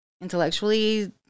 intellectually